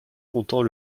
comptant